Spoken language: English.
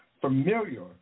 familiar